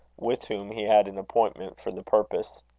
with whom he had an appointment for the purpose.